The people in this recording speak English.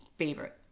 favorite